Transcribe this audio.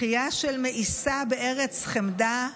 בכייה של מאיסה בארץ חמדה,